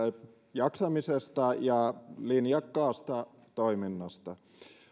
jaksamisesta ja linjakkaasta toiminnasta